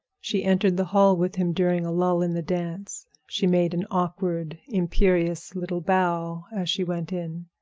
she entered the hall with him during a lull in the dance. she made an awkward, imperious little bow as she went in.